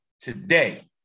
today